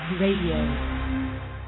Radio